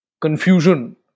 confusion